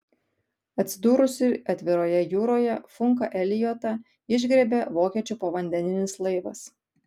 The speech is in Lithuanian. atsidūrusį atviroje jūroje funką eliotą išgriebė vokiečių povandeninis laivas